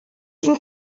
can